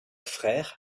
frère